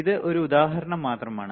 ഇത് ഒരു ഉദാഹരണം മാത്രമാണ്